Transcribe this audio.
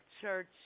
church